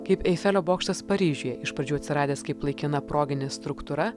kaip eifelio bokštas paryžiuje iš pradžių atsiradęs kaip laikina proginė struktūra